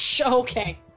okay